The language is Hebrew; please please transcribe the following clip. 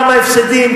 כמה הפסדים,